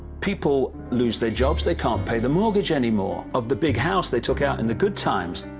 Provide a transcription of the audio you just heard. people lose their jobs, they can't pay the mortgage anymore of the big house they took out in the good times.